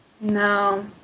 No